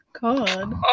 God